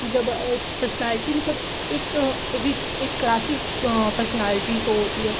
जब एक पर्शनैलटी मतलब एक रिच एक क्लासी पर्शनालटी सो होती है